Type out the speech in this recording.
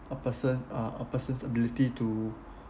a person uh a person's ability to